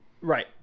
Right